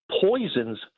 poisons